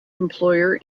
employer